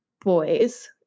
boys